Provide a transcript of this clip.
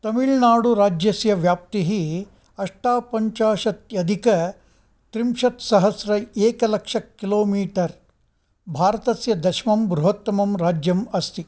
तमिळ्नाडुराज्यस्य व्याप्तिः अष्टापञ्चाशत्यधिक त्रिंशत्सहस्र एकलक्ष किलोमीटर् भारतस्य दशमं बृहत्तमं राज्यम् अस्ति